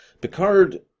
Picard